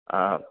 आ